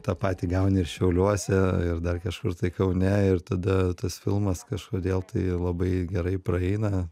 tą patį gauni ir šiauliuose ir dar kažkur tai kaune ir tada tas filmas kažkodėl tai labai gerai praeina